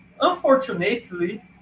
Unfortunately